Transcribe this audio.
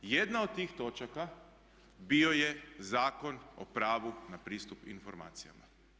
Jedna od tih točaka bio je Zakon o pravu na pristup informacijama.